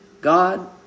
God